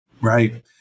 Right